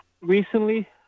Recently